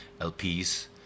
LPs